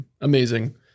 Amazing